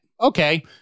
Okay